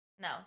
No